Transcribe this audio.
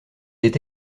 est